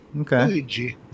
Okay